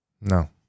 No